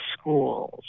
schools